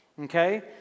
Okay